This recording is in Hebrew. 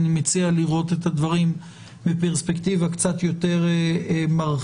אני מציע לראות את הדברים בפרספקטיבה קצת יותר מרחיבה.